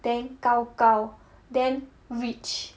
then 高高 then rich